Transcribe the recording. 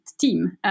team